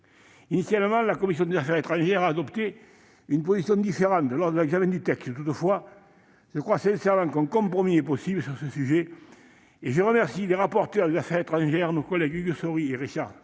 Initialement, la commission des affaires étrangères a adopté une position différente lors de l'examen du texte. Toutefois, je crois sincèrement qu'un compromis est possible sur ce sujet, et je remercie les rapporteurs des affaires étrangères, nos collègues Hugues Saury et Rachid